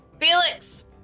Felix